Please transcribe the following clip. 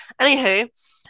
Anywho